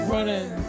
Running